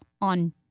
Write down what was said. on